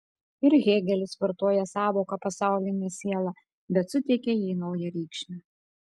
ir hėgelis vartoja sąvoką pasaulinė siela bet suteikia jai naują reikšmę